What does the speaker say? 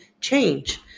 change